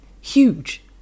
Huge